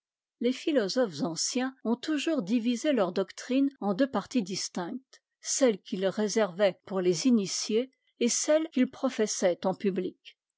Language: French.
les philosophes anciens ont toujours divisé leur doctrine en deux parties distinctes celle qu'ils réservaient pour les initiés et celle qu'ils professaient en pubtic